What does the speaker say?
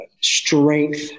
strength